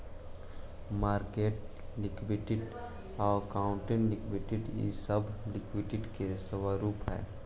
market liquidity, accounting liquidity इ सब liquidity के स्वरूप हई